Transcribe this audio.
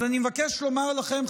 אז אני מבקש לומר לכם,